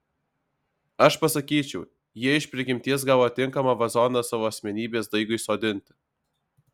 aš pasakyčiau jie iš prigimties gavo tinkamą vazoną savo asmenybės daigui sodinti